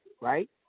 right